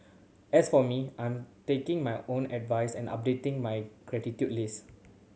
as for me I am taking my own advice and updating my gratitude list